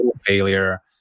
failure